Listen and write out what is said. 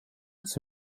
its